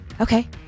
Okay